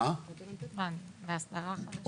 ועל האסדרה החדשה.